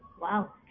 Wow